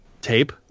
tape